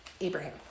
Abraham